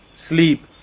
Sleep